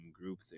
group